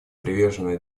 привержена